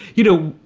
you know,